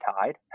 tied